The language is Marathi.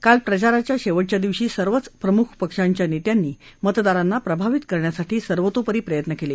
काल प्रचाराच्या शेवटच्या दिवशी सर्वच प्रमुख पक्षांच्या नेत्यांनी मतदारांना प्रभावित करण्यासाठी सर्वतोपरी प्रयत्न केले